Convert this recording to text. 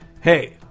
hey